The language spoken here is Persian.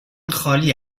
خالی